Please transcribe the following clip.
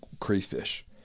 crayfish